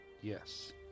Yes